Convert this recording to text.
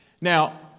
Now